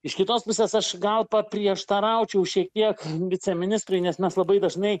iš kitos pusės aš gal paprieštaraučiau šiek tiek viceministrui nes mes labai dažnai